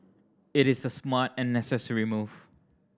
it is the smart and necessary move